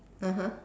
(uh huh)